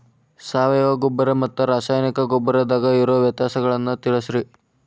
ಸಾವಯವ ಗೊಬ್ಬರ ಮತ್ತ ರಾಸಾಯನಿಕ ಗೊಬ್ಬರದಾಗ ಇರೋ ವ್ಯತ್ಯಾಸಗಳನ್ನ ತಿಳಸ್ರಿ